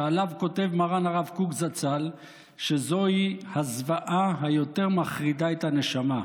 שעליו כותב מרן הרב קוק זצ"ל שזוהי "הזוועה היותר-מחרידה את הנשמה",